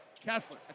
Kessler